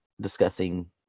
discussing